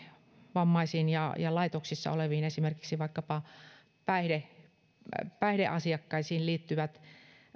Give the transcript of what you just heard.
vammaisiin ja ja laitoksissa oleviin esimerkiksi vaikkapa päihdeasiakkaisiin liittyvät